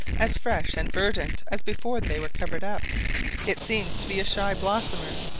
as fresh and verdant as before they were covered up it seems to be a shy blossomer.